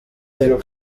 les